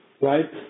Right